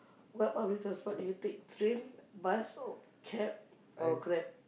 what public transport do you take train bus or cab or Grab